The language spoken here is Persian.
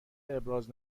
ابراز